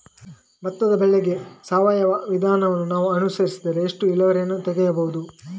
ಭತ್ತದ ಬೆಳೆಗೆ ಸಾವಯವ ವಿಧಾನವನ್ನು ನಾವು ಅನುಸರಿಸಿದರೆ ಎಷ್ಟು ಇಳುವರಿಯನ್ನು ತೆಗೆಯಬಹುದು?